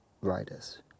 riders